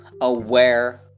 aware